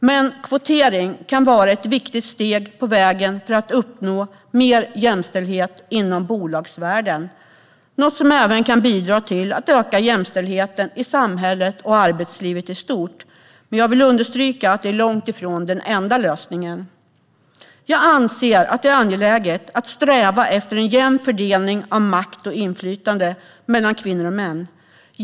Men kvotering kan vara ett viktigt steg på vägen för att uppnå mer jämställdhet inom bolagsvärlden, något som även kan bidra till att öka jämställdheten i samhället och i arbetslivet i stort. Jag vill dock understryka att detta långt ifrån är den enda lösningen. Jag anser att det är angeläget att sträva efter en jämn fördelning av makt och inflytande mellan kvinnor och män.